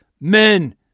men